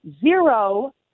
zero